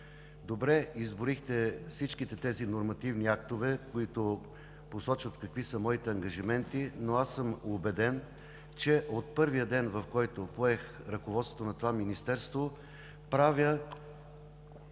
добре всички тези нормативни актове, които посочват какви са моите ангажименти, но аз съм убеден, че от първия ден, в който поех ръководството на това Министерство, правя